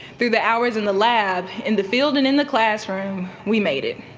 through the hours in the lab, in the field and in the classroom, we made it.